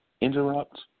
interrupt